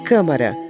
Câmara